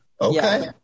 Okay